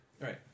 Right